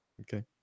okay